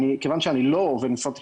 כיוון שאני לא עובד משרד התקשורת,